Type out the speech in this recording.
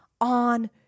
on